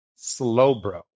Slowbro